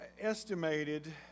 estimated